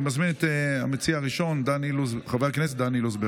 אני מזמין את המציע הראשון, חבר הכנסת דן אילוז.